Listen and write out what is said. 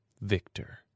Victor